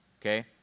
okay